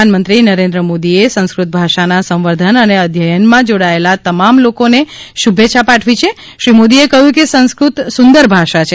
પ્રધાનમંત્રી નરેન્દ્ર મોદીએ સંસ્કૃત ભાષાના સંવર્ધન અને અધ્યયનમાં જોડાયેલા તમામ લોકોને શુભેચ્છા પાઠવી હાં શ્રી મોદીએ કહ્યું કે સંસ્ફત સુંદર ભાષા છે